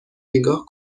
نگاه